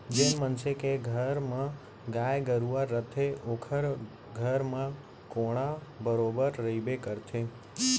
जेन मनसे के घर म गाय गरूवा रथे ओकर घर म कोंढ़ा बरोबर रइबे करथे